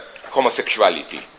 homosexuality